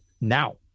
now